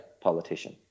politician